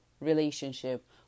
relationship